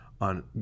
on